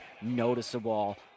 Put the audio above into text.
noticeable